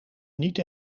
niet